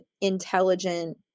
intelligent